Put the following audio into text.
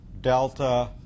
delta